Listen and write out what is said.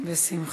בשמחה.